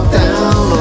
down